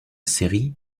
série